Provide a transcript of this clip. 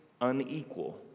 unequal